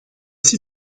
six